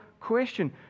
question